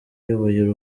iyoboye